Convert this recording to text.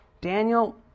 Daniel